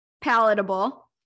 palatable